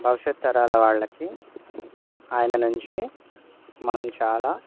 భవిష్యత్ తరాల వాళ్ళకి ఆయన నుంచి మనం చాలా